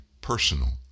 personal